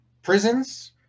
Prisons